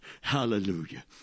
Hallelujah